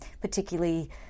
particularly